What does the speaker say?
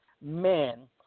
men